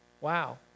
Wow